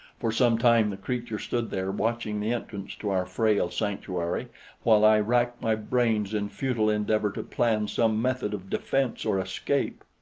for some time the creature stood there watching the entrance to our frail sanctuary while i racked my brains in futile endeavor to plan some method of defense or escape.